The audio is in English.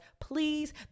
please